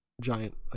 Giant